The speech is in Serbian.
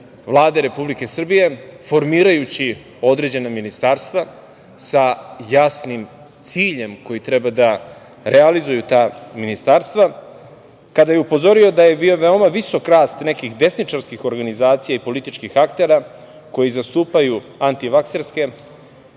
Vlade Republike Srbije, formirajući određena ministarstva sa jasnim ciljem koji treba da realizuju ta ministarstva, kada je upozorio da je veoma visok rast nekih desničarskih organizacija i političkih aktera koji zastupaju antivakserske,